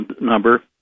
number